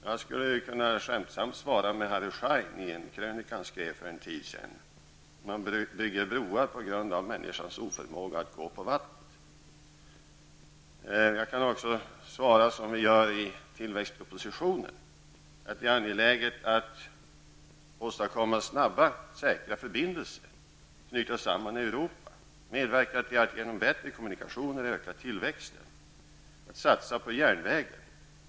Jag skulle kunna skämtsamt svara med Harry Scheins ord i en krönika han skrev för en tid sedan: Man bygger broar på grund av människans oförmåga att gå på vattnet. Jag kan också svara som regeringen gör i tillväxtpropositionen. Det är angeläget att åstadkomma snabba och säkra förbindelser, knyta samman Europa, medverka till att genom bättre kommunikationer öka tillväxten och satsa på järnvägen.